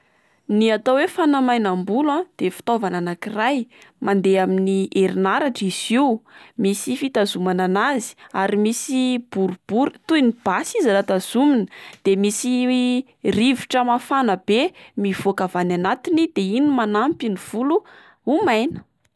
Ny atao oe fanamainam-bolo a de fitaovana anak'iray mandeha amin'ny herin'aratra izy io misy fitazomana an'azy ary misy boribory toy ny basy izy raha tazomina, de misy rivotra mafana be mivôka avany anatiny de iny no manampy ny volo ho maina.